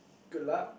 good luck